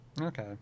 Okay